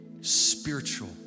Spiritual